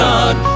God